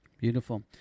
beautiful